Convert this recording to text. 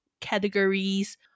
categories